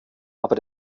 aber